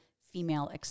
female